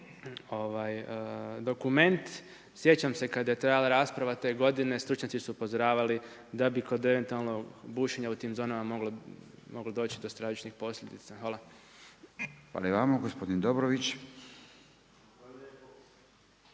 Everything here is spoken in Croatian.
dokument? Sjećam se kada je trajala rasprava te godine stručnjaci su upozoravali da bi kod eventualnog bušenja u tim zonama moglo doći do stravičnih posljedica. Hvala. **Radin, Furio (Nezavisni)** Hvala